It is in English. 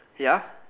ya